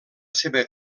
seva